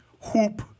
hoop